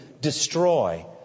destroy